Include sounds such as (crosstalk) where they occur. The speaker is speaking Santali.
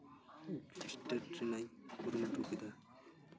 (unintelligible) ᱠᱩᱨᱩᱢᱩᱴᱩ ᱠᱮᱫᱟ